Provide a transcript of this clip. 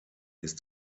ist